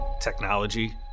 technology